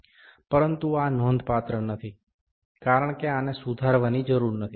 પરંતુ આ નોંધપાત્ર નથી કારણ કે આને સુધારવાની જરૂર નથી